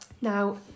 Now